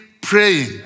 praying